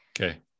Okay